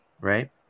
right